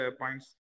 points